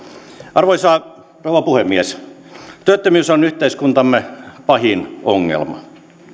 arvoisa rouva puhemies työttömyys on yhteiskuntamme pahin ongelma